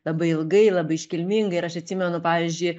labai ilgai labai iškilmingai ir aš atsimenu pavyzdžiui